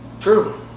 True